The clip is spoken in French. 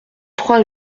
trois